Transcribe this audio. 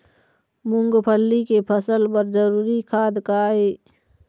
मूंगफली के फसल बर जरूरी खाद का ये?